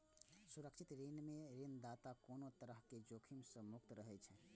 सुरक्षित ऋण मे ऋणदाता कोनो तरहक जोखिम सं मुक्त रहै छै